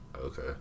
Okay